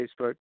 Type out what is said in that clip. Facebook